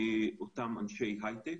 אותם אנשי הייטק.